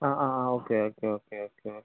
ആ ആ ആ okay okay okay okay okay